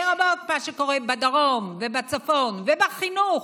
לרבות מה שקורה בדרום ובצפון ובחינוך,